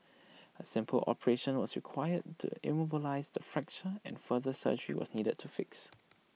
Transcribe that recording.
A simple operation was required to immobilise the fracture and further surgery was needed to fix